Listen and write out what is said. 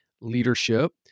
leadership